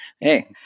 Hey